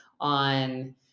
on